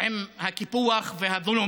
עם הקיפוח (אומר בערבית: והעושק)